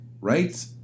Right